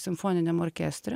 simfoniniam orkestre